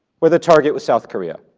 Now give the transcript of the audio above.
where the target was south korea,